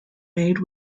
made